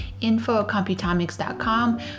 infocomputomics.com